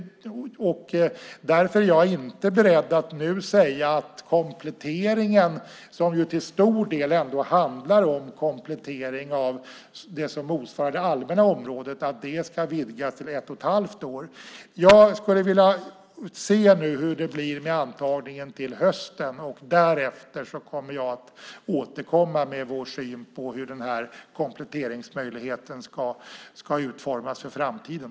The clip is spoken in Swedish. Därför är jag inte beredd att nu säga att kompletteringen, som ju till stor del handlar om komplettering av det som motsvarar det allmänna området, ska vidgas till ett och ett halvt år. Jag skulle nu vilja se hur det blir med antagningen till hösten. Därefter kommer jag att återkomma med vår syn på hur kompletteringsmöjligheten ska utformas för framtiden.